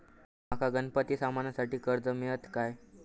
माका गणपती सणासाठी कर्ज मिळत काय?